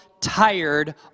tired